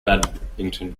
badminton